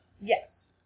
Yes